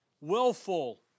willful